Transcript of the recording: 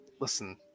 listen